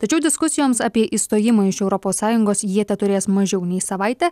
tačiau diskusijoms apie išstojimą iš europos sąjungos jie teturės mažiau nei savaitę